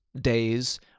days